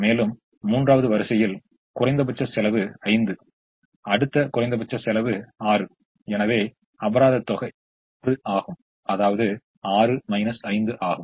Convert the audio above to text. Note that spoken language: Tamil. மேலும் மூன்றாவது வரிசையில் குறைந்தபட்ச செலவு 5 அடுத்த குறைந்தபட்ச செலவு 6 எனவே அபராதம் தொகை 1 ஆகும் அதாவது 6 5 ஆகும்